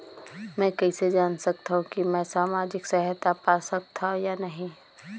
मै कइसे जान सकथव कि मैं समाजिक सहायता पा सकथव या नहीं?